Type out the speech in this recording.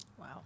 Wow